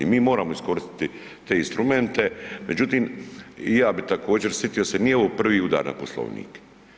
Mi moramo iskoristiti te instrumente, međutim, i ja bih također, sitio se, nije ovo prvi udar na Poslovnik.